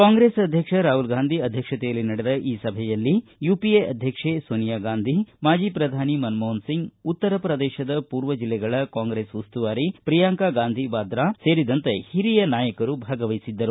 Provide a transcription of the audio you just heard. ಕಾಂಗ್ರೆಸ್ ಅಧ್ಯಕ್ಷ ರಾಹುಲ್ ಗಾಂಧಿ ಅಧ್ಯಕ್ಷತೆಯಲ್ಲಿ ನಡೆದ ಈ ಸಭೆಯಲ್ಲಿ ಯುಪಿಎ ಅಧ್ಯಕ್ಷೆ ಸೋನಿಯಾಗಾಂಧಿ ಮಾಜಿ ಪ್ರಧಾನಿ ಮನಮೋಹನ್ ಸಿಂಗ್ ಉತ್ತರ ಪ್ರದೇಶದ ಪೂರ್ವ ಜಿಲ್ಲೆಗಳ ಕಾಂಗ್ರೆಸ್ ಉಸ್ತುವಾರಿ ಪ್ರಿಯಾಂಕಾ ಗಾಂಧಿ ವಾದ್ರಾ ಸೇರಿದಂತೆ ಹಿರಿಯ ನಾಯಕರು ಭಾಗವಹಿಸಿದ್ದರು